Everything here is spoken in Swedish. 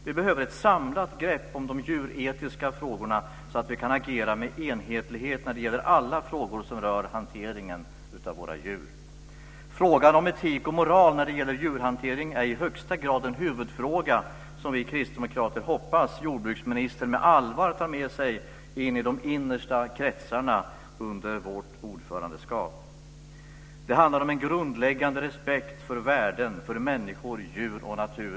Vi behöver ett samlat grepp om de djuretiska frågorna så att vi kan agera med enhetlighet när det gäller alla frågor som rör hanteringen av våra djur. Frågan om etik och moral när det gäller djurhantering är i högsta grad en huvudfråga, som vi kristdemokrater hoppas att jordbruksministern med allvar tar med sig in i de innersta kretsarna under Sveriges ordförandeskap. Det handlar om en grundläggande respekt för värden, för människor, djur och natur.